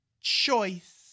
choice